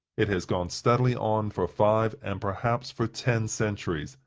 it has gone steadily on for five, and perhaps for ten centuries,